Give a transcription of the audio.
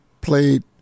played